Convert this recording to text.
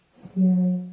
scary